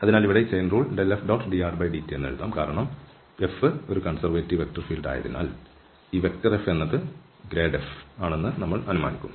അതിനാൽ ഇവിടെ ഈ ചെയിൻ റൂൾ ∇f⋅drdt എന്ന് എഴുതാം കാരണം F ഒരു കൺസെർവേറ്റീവ് വെക്റ്റർ ഫീൽഡായതിനാൽ ഈ F എന്നത് gradf ആണെന്ന് നമ്മൾ അനുമാനിക്കുന്നു